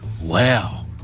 Wow